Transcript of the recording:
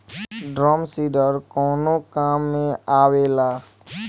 Drum seeder कवने काम में आवेला?